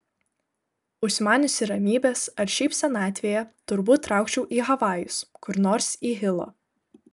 užsimaniusi ramybės ar šiaip senatvėje turbūt traukčiau į havajus kur nors į hilo